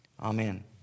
Amen